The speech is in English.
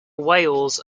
wales